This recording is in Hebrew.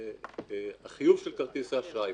החיוב של כרטיס האשראי.